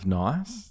nice